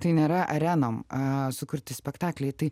tai nėra arenom a sukurti spektaklį tai